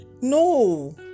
No